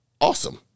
Awesome